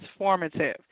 transformative